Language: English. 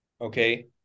okay